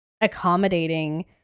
accommodating